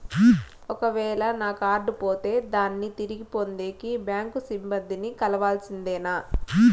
ఒక వేల నా కార్డు పోతే దాన్ని తిరిగి పొందేకి, బ్యాంకు సిబ్బంది ని కలవాల్సిందేనా?